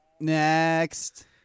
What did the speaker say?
Next